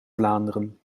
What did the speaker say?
vlaanderen